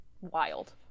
wild